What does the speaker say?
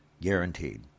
Guaranteed